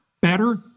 better